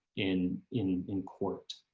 in in in court.